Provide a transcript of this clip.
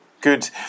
Good